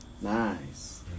Nice